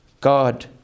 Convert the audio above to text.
God